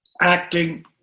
acting